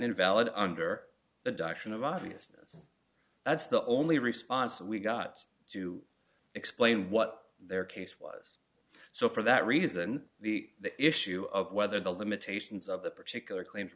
invalid under the doctrine of obviousness that's the only response we've got to explain what their case was so for that reason the issue of whether the limitations of the particular claim